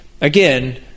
Again